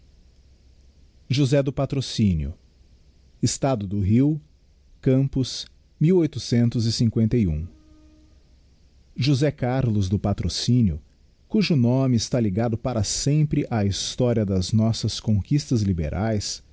google do i st trociiiio estado do rio campos e josé carlos do patrocínio cujo nome está ligado para sempre á historia das nossas conquistas liberaes